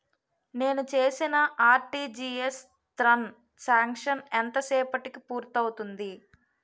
నేను చేసిన RTGS transaction ఎంత సేపటికి పూర్తి అవుతుంది?